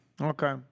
Okay